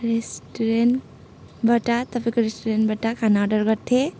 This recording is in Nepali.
रेस्टुरेन्टबाट तपाईँको रेस्टुरेन्टबाट खाना अर्डर गर्थेँ